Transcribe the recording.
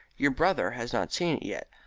your brother has not seen it yet,